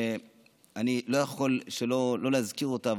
שאני לא יכול שלא להזכיר אותה,